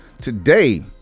today